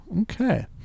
Okay